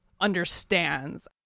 understands